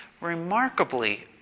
remarkably